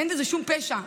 אין בזה שום פשע.